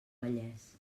vallès